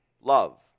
love